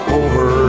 over